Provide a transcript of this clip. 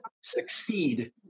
succeed